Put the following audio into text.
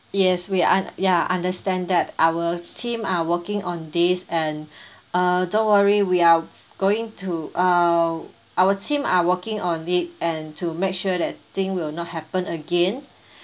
yes we are ya understand that our team are working on this and uh don't worry we are going to uh our team are working on it and to make sure that thing will not happen again